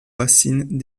racines